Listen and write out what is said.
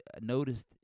noticed